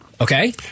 okay